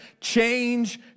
change